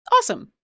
Awesome